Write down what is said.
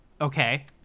Okay